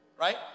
right